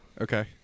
Okay